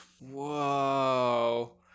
Whoa